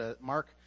Mark